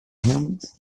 humans